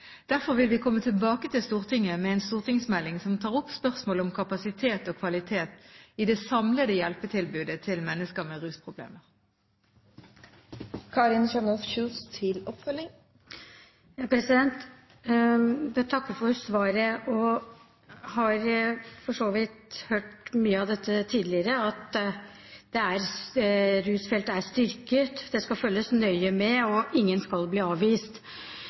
Derfor vil vi komme tilbake til Stortinget med en stortingsmelding som tar opp spørsmål om kapasitet og kvalitet i det samlede hjelpetilbudet til mennesker med rusproblemer. Jeg takker for svaret, og har for så vidt hørt mye av dette tidligere – at rusfeltet er styrket, at det skal følges nøye med, og at ingen skal bli avvist.